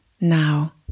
now